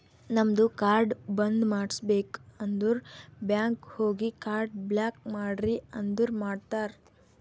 ನಮ್ದು ಕಾರ್ಡ್ ಬಂದ್ ಮಾಡುಸ್ಬೇಕ್ ಅಂದುರ್ ಬ್ಯಾಂಕ್ ಹೋಗಿ ಕಾರ್ಡ್ ಬ್ಲಾಕ್ ಮಾಡ್ರಿ ಅಂದುರ್ ಮಾಡ್ತಾರ್